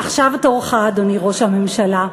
עכשיו תורך, אדוני ראש הממשלה.